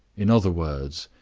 in other words,